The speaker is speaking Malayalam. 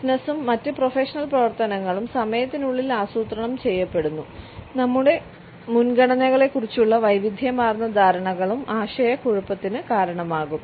ബിസിനസ്സും മറ്റ് പ്രൊഫഷണൽ പ്രവർത്തനങ്ങളും സമയത്തിനുള്ളിൽ ആസൂത്രണം ചെയ്യപ്പെടുന്നു നമ്മുടെ മുൻഗണനകളെക്കുറിച്ചുള്ള വൈവിധ്യമാർന്ന ധാരണകളും ആശയക്കുഴപ്പത്തിന് കാരണമാകും